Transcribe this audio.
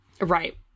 right